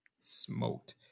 Smoked